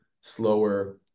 slower